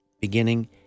beginning